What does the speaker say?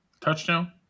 Touchdown